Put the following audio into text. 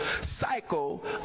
cycle